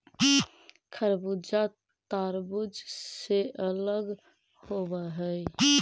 खरबूजा तारबुज से अलग होवअ हई